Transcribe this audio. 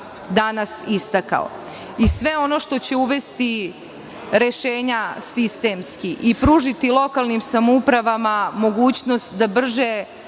danas istakao. Sve ono što će uvesti rešenja sistemski i pružiti lokalnim samoupravama mogućnost da brže